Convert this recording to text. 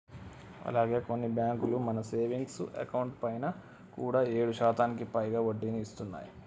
అలాగే కొన్ని బ్యాంకులు మన సేవింగ్స్ అకౌంట్ పైన కూడా ఏడు శాతానికి పైగా వడ్డీని ఇస్తున్నాయి